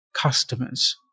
customers